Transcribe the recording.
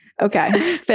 Okay